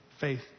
Faith